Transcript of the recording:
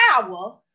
power